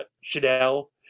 Chanel